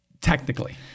Technically